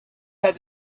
have